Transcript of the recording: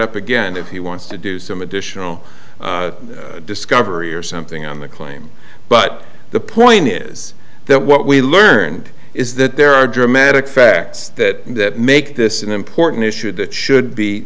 up again if he wants to do some additional discovery or something on the claim but the point is that what we learned is that there are dramatic facts that make this an important issue that should be